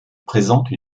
présente